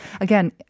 again